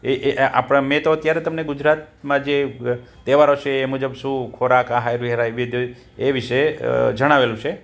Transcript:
એ એ આપણા મેં તો અત્યારે તમને ગુજરાતમાં જે તેવારો છે એ મુજબ શું ખોરાક આહાર વિહાર એ વિષે જણાવેલું છે